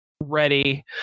ready